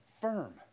firm